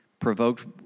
provoked